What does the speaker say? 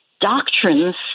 doctrines